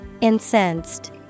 Incensed